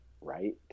right